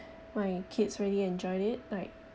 my kids really enjoyed it like